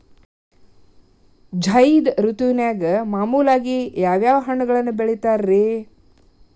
ಝೈದ್ ಋತುವಿನಾಗ ಮಾಮೂಲಾಗಿ ಯಾವ್ಯಾವ ಹಣ್ಣುಗಳನ್ನ ಬೆಳಿತಾರ ರೇ?